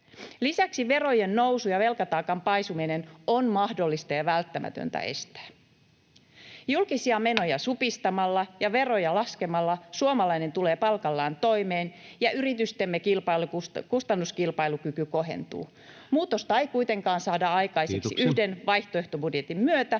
Lisäksi verojen nousu ja velkataakan paisuminen on mahdollista ja välttämätöntä estää. Julkisia menoja supistamalla ja veroja laskemalla suomalainen tulee palkallaan toimeen ja yritystemme kustannuskilpailukyky kohentuu. Muutosta ei kuitenkaan saada aikaiseksi yhden [Puhemies: